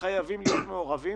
להיות מעורבים